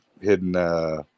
hidden